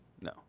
no